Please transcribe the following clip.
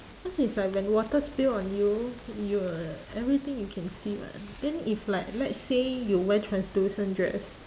cause is like when water spill on you you will everything you can see [what] then if like let's say you wear translucent dress